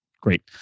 Great